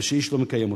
ושאיש לא מקיים אותה.